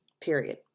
Period